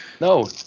No